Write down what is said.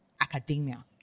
academia